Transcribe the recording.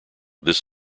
this